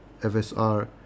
FSR